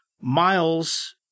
miles